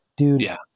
Dude